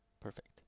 perfect